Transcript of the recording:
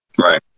right